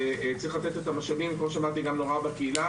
וצריך לתת את המשאבים גם להוראה בקהילה,